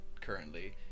currently